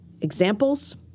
examples